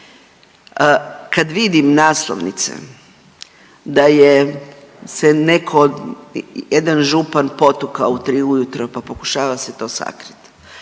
Kad vidim naslovnice da je se neko od, jedan župan potukao u 3 ujutro, pa pokušava se to sakrit,